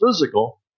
physical